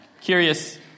curious